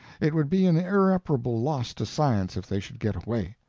it would be an irreparable loss to science if they should get away.